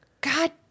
god